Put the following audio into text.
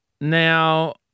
Now